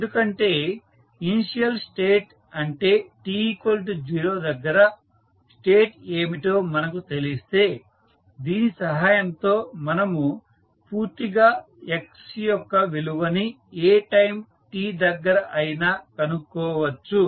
ఎందుకంటే initial state అంటే t 0 దగ్గర స్టేట్ ఏమిటో మనకు తెలిస్తే దీని సహాయంతో మనము పూర్తిగా x యొక్క విలువని ఏ టైం t దగ్గర అయినా కనుక్కోవచ్చు